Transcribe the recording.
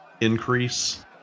increase